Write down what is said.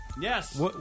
Yes